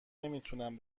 نمیتونم